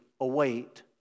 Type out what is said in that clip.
await